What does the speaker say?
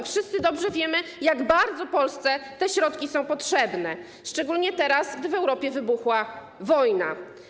Wszyscy dobrze wiemy, jak bardzo Polsce te środki są potrzebne, szczególnie teraz, gdy w Europie wybuchła wojna.